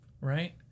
Right